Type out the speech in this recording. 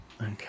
okay